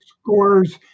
scores